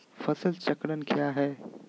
फसल चक्रण क्या है?